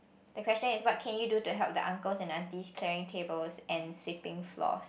the question is what can you do to help the uncles and aunties clearing tables and sweeping floors